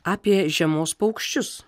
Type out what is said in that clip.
apie žiemos paukščius